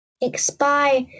Expire